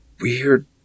weird